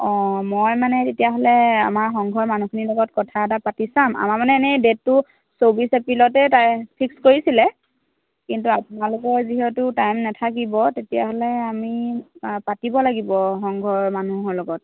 অ' মই মানে তেতিয়াহ'লে আমাৰ সংঘৰ মানুহখিনিৰ লগত কথা এটা পাতি চাম আমাৰ মানে এনেই ডেটতো চৌবিছ এপ্ৰিলতে তা ফিক্স কৰিছিলে কিন্তু আপোনালোকৰ যিহেতু টাইম নাথাকিব তেতিয়াহ'লে আমি পাতিব লাগিব সংঘৰ মানুহৰ লগত